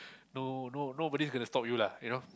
no no nobody is gonna stop you lah you know